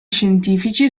scientifici